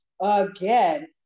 again